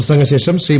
പ്രസംഗശേഷം Shri